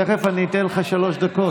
תכף אני אתן לך שלוש דקות.